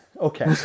Okay